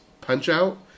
punch-out